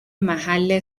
محل